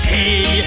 Hey